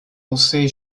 jose